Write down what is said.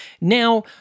Now